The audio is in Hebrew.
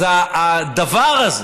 אז הדבר הזה,